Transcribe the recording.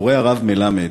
קורא הרב מלמד,